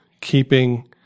keeping